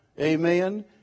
Amen